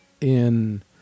in-